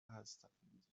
هستند